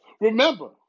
Remember